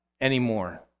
anymore